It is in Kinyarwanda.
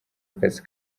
akazi